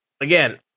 Again